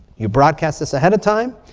you broadcast this ahead of time.